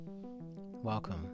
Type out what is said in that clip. Welcome